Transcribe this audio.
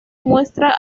muestra